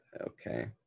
okay